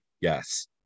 Yes